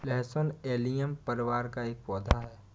लहसुन एलियम परिवार का एक पौधा है